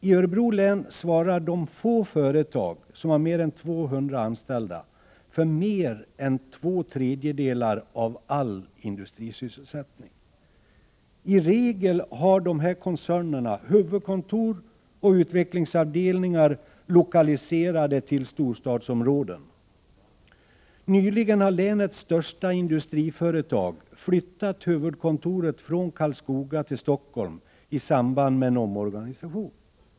I Örebro län svarar de få företag som har mer än 200 anställda för mer än två tredjedelar av all industrisysselsättning. I regel har dessa koncerner huvudkontor och utvecklingsavdelningar lokaliserade till storstadsområden. Nyligen har länets största industriföretag i samband med en omorganisation flyttat huvudkontoret från Karlskoga till Stockholm.